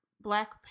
Black